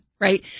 Right